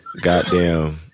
Goddamn